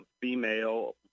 female